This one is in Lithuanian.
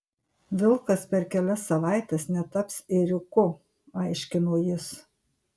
vilkas per kelias savaites netaps ėriuku aiškino jis